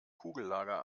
kugellager